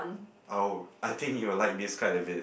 oh I think you'll like this kind of it